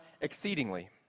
exceedingly